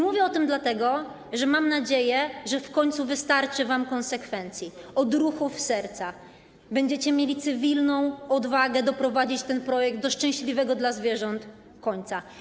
Mówię o tym dlatego, że mam nadzieję, że w końcu wystarczy wam konsekwencji, odruchów serca, że będziecie mieli cywilną odwagę doprowadzić ten projekt do szczęśliwego dla zwierząt końca.